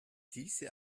diese